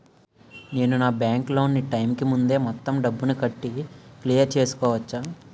నేను నా bank loan నీ టైం కీ ముందే మొత్తం డబ్బుని కట్టి రద్దు క్లియర్ చేసుకోవచ్చా?